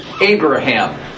Abraham